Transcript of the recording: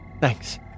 Thanks